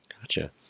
gotcha